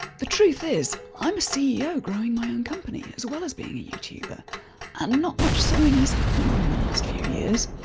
the truth is, i'm a ceo growing my own company as well as being a youtuber and not much sewing has happened in the last few years.